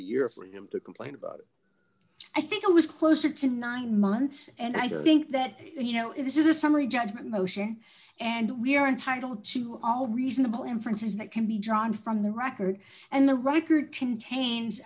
year for him to complain about i think it was closer to nine months and i think that you know if this is a summary judgment motion and we are entitled to all reasonable inferences that can be drawn from the record and the record c